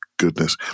Goodness